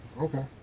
Okay